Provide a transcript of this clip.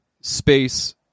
space